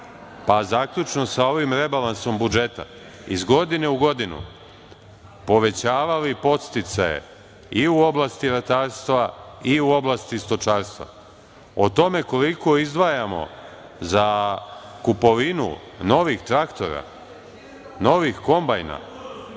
pa zaključno sa ovim rebalansom budžeta iz godine u godinu povećavali podsticaje, i u oblasti ratarstva i oblasti stočarstva. O tome koliko izdvajamo za kupovinu novih traktora, kombajna,